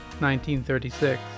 1936